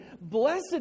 Blessed